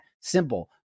simple